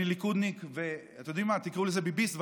אני ליכודניק, ואתם יודעים מה, תקראו לזה ביביסט.